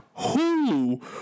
Hulu